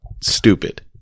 stupid